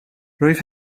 rwyf